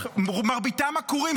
מרביתם עקורים,